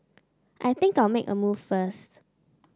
I think I'll make a move first